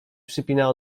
przypina